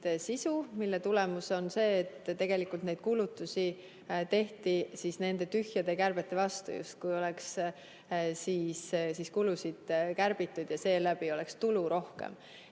sisu ja mille tulemus on see, et neid kulutusi tehti nende tühjade kärbete vastu, justkui oleks kulusid kärbitud ja seeläbi oleks tulu rohkem.